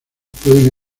puede